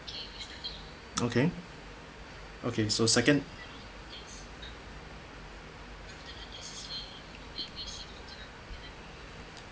okay okay so second